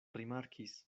rimarkis